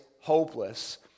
hopeless